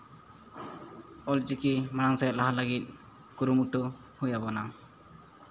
ᱚᱞ ᱪᱤᱠᱤ ᱢᱟᱲᱟᱝ ᱥᱮᱫ ᱞᱟᱦᱟᱜ ᱞᱟᱹᱜᱤᱫ ᱠᱩᱨᱩᱢᱩᱴᱩ ᱦᱩᱭ ᱟᱵᱚᱱᱟ